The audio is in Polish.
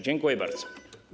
Dziękuję bardzo.